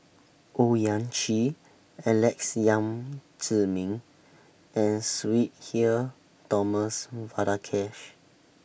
Owyang Chi Alex Yam Ziming and Sudhir Thomas Vadaketh